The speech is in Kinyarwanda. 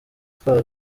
itwara